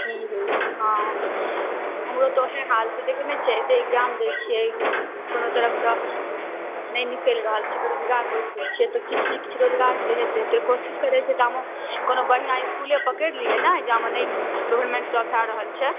की होइत छै हँ हमरो तऽ ओहे हाल छै देखैत नहि छियै एतेक इक्जाम दय छियै कोनो तरफसँ नहि निकलि रहल छै बेरोजगार बैसल छियै तऽ किछु नहि किछु रोजगार तऽ होयतै एतेक कोशिश करैत छियै ताहिमे कोनो बढ़िआँ इसकूले पकड़ि लियै नहि जाहिमे गवर्नमेन्ट जॉब भए रहल छै